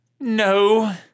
No